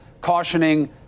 cautioning